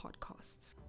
Podcasts